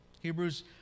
Hebrews